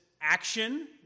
action